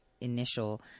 initial